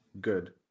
Good